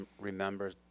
remember